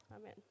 amen